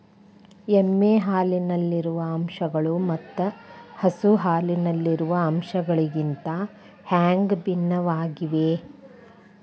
ಎಮ್ಮೆ ಹಾಲಿನಲ್ಲಿರುವ ಅಂಶಗಳು ಮತ್ತ ಹಸು ಹಾಲಿನಲ್ಲಿರುವ ಅಂಶಗಳಿಗಿಂತ ಹ್ಯಾಂಗ ಭಿನ್ನವಾಗಿವೆ?